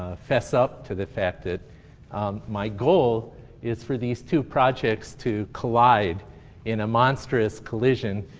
ah fess up to the fact that my goal is for these two projects to collide in a monstrous collision.